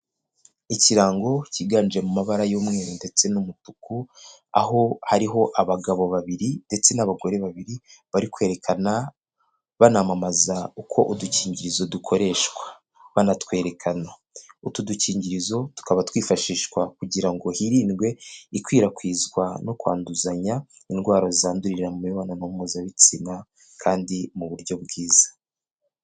Ikirango cyiganje mu mabara y'umweru ndetse n'umutuku, aho hariho abagabo babiri ndetse n'abagore babiri bari kwerekana banamamaza uko udukingirizo dukoreshwa banatwerekana. Utu dukingirizo tukaba twifashishwa kugira ngo hirindwe ikwirakwizwa no kwanduzanya indwara zandurira mu mibonano mpuzabitsina kandi mu buryo bwiza.